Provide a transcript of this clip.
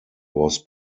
was